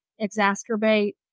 exacerbate